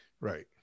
Right